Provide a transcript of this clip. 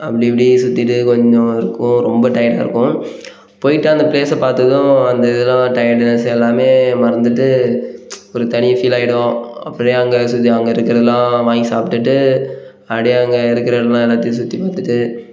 அப்படி இப்படி சுற்றிட்டு கொஞ்சம் இருக்கும் ரொம்ப டயர்டாக இருக்கும் போயிட்டு அந்த ப்ளேஸை பார்த்ததும் அந்த இதெலாம் டயர்ட்னஸ் எல்லாமே மறந்துவிட்டு ஒரு தனி ஃபீல் ஆகிடும் அப்படியே அங்கே சுற்றி அங்கே இருக்கிறதுல்லாம் வாங்கி சாப்பிட்டுட்டு அப்படியே அங்கே இருக்கிறதுல்லாம் எல்லாத்தையும் சுற்றிப் பார்த்துட்டு